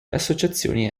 associazioni